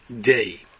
day